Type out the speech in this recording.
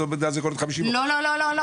באותה מידה זה יכול להיות 50%. לא, לא, לא.